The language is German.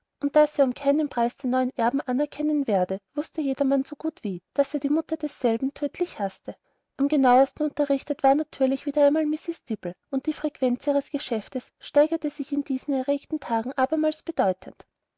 und daß er um keinen preis den neuen erben anerkennen werde wußte jedermann so gut wie daß er die mutter desselben tödlich haßte am genauesten unterrichtet war natürlich wieder einmal mrs dibble und die frequenz ihres geschäfts steigerte sich in diesen erregten tagen abermals bedeutend